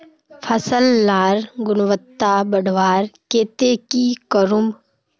फसल लार गुणवत्ता बढ़वार केते की करूम?